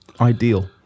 ideal